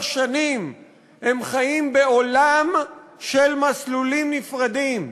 שנים הם חיים בעולם של מסלולים נפרדים.